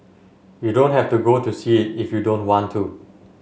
you don't have to go to see it if you don't want to